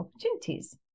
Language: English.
opportunities